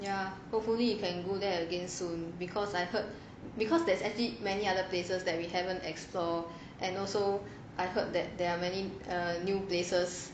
ya hopefully we can go there again soon because I heard because there's actually many other places that we have not explore and also I hope that there are many err new places